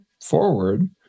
forward